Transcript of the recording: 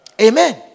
Amen